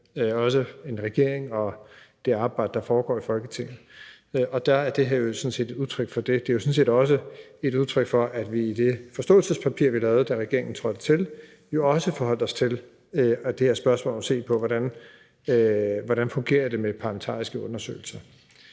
en regering og det arbejde, der foregår i Folketinget. Der er det her jo sådan set et udtryk for det. Det er jo sådan set også et udtryk for, at vi i det forståelsespapir, vi lavede, da regeringen trådte til, også forholdt os til det her spørgsmål om at se på, hvordan det fungerer med parlamentariske undersøgelser.